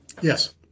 Yes